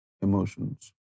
emotions